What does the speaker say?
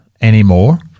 anymore